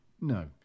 No